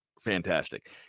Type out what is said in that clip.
fantastic